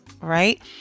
right